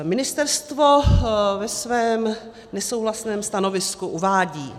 Ministerstvo ve svém nesouhlasném stanovisku uvádí: